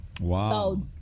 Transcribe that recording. Wow